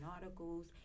articles